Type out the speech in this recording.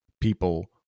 people